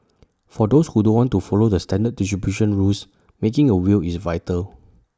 for those who don't want to follow the standard distribution rules making A will is vital